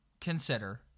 consider